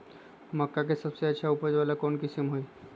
मक्का के सबसे अच्छा उपज वाला कौन किस्म होई?